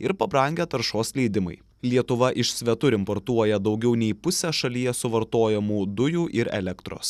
ir pabrangę taršos leidimai lietuva iš svetur importuoja daugiau nei pusę šalyje suvartojamų dujų ir elektros